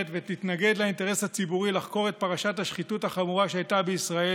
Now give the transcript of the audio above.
ותתנגד לאינטרס הציבורי לחקור את פרשת השחיתות החמורה שהייתה בישראל.